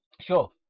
Sure